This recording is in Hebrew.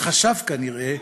וחשב, כנראה,